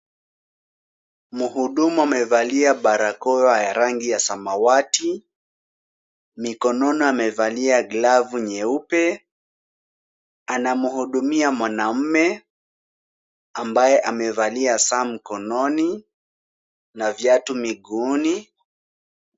Mhudumu amevalia barakoa ya rangi ya samawati, mikononi amevalia glavu nyeupe. Anamhudumia mwanaume ambaye amevalia saa mkononi na viatu miguuni.